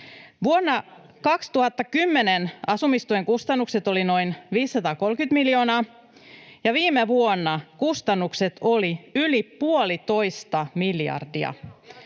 Vuonna 2010 yleisen asumistuen kustannukset olivat noin 530 miljoonaa, viime vuonna kustannukset olivat 1,5 miljardia.